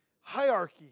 hierarchy